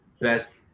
best